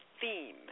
theme